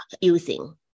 using